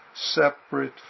Separate